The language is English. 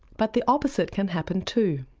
but the opposite can happen too.